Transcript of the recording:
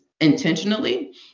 intentionally